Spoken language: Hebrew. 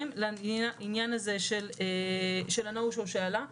לעניין הזה של ה'נו שואו' שעלה,